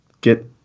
get